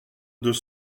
deux